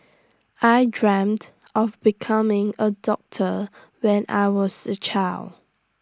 I dreamt of becoming A doctor when I was A child